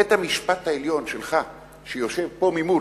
בית-המשפט העליון, שלך, שיושב פה ממול,